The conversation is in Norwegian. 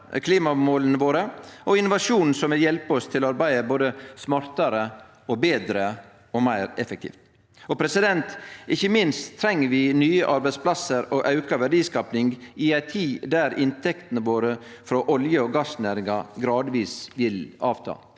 klimamåla våre, og vi treng innovasjon som vil hjelpe oss til å arbeide både smartare, betre og meir effektivt. Ikkje minst treng vi nye arbeidsplassar og auka verdiskaping i ei tid då inntektene våre frå olje- og gassnæringa gradvis vil avta.